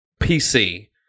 PC